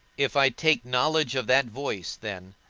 if i take knowledge of that voice then,